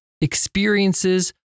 experiences